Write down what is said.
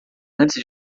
antes